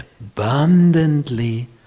abundantly